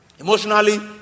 Emotionally